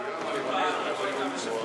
אני מניח שהם היו,